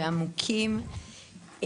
ועמוקים.